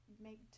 Make